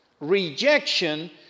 Rejection